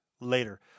later